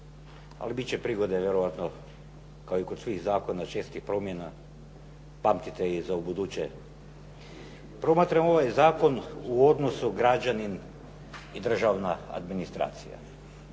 Ali bit će prigode vjerojatno kao i kod svih zakona čestih promjena. Pamtite ih za ubuduće. Promatram ovaj zakon u odnosu građanin i državna administracija.